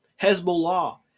Hezbollah